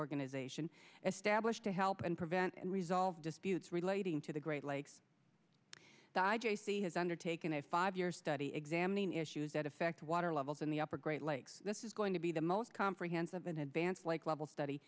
organization is stablished to help and prevent and resolve disputes relating to the great lakes has undertaken a five year study examining issues that affect water levels in the upper great lakes this is going to be the most comprehensive in advance like level study